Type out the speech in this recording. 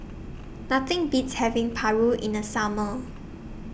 Nothing Beats having Paru in The Summer